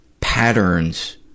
patterns